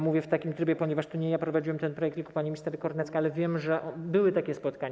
Mówię w takim trybie, ponieważ to nie ja prowadziłem ten projekt, tylko pani minister Kornecka, ale wiem, że były takie spotkania.